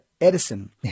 Edison